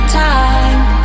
time